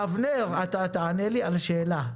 אבנר, תענה לי על השאלה: